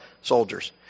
soldiers